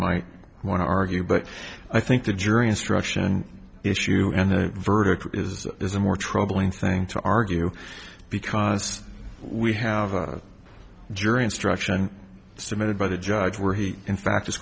might want to argue but i think the jury instruction issue and the verdict is is a more troubling thing to argue because we have a jury instruction submitted by the judge where he in fact